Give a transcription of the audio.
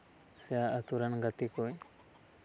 ᱥᱮ ᱟᱛᱳ ᱨᱮᱱ ᱜᱟᱛᱮ ᱠᱚᱭ